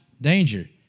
danger